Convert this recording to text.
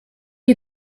you